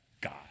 God